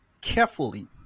carefully